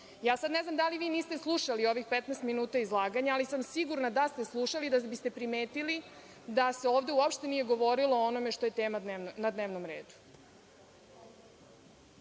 Ja sada ne znam da li vi niste slušali ovih 15 minuta izlaganje, ali sam sigurna da ste slušali, da biste primetili da se ovde uopšte nije govorilo onome što je tema dnevnog reda.